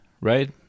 right